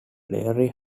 larry